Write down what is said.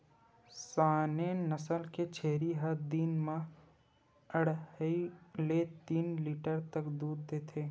Saanen नसल के छेरी ह दिन म अड़हई ले तीन लीटर तक दूद देथे